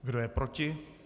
Kdo je proti?